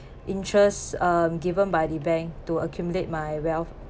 interests um given by the bank to accumulate my wealth